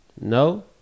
No